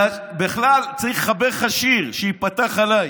בכלל צריך לחבר לך שיר, "שייפתח עליי".